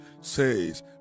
says